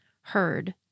heard